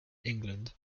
england